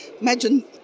Imagine